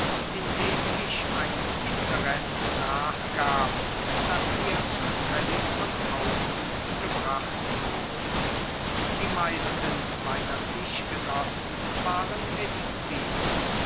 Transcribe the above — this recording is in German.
indem ich einem interesse nachgab das mir zufällig von außen gebracht wurde die meisten meiner tischgenossen waren mediziner